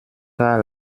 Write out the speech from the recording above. car